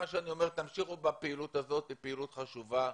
מה שאני אומר זה שתמשיכו בפעילות הזאת שהיא פעילות חשובה.